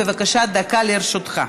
בבקשה, דקה לרשותך.